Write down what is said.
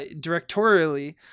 directorially